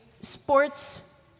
sports